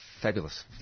fabulous